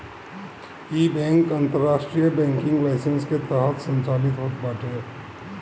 इ बैंक अंतरराष्ट्रीय banking licence के तहत संचालित होत बाटे